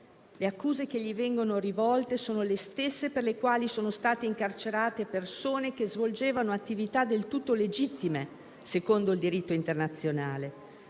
Le accuse che gli vengono rivolte sono le stesse per le quali sono state incarcerate persone che svolgevano attività del tutto legittime secondo il diritto internazionale;